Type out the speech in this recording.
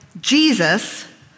Jesus